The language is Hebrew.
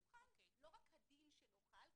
הוא חל לא רק הדין שלו חל,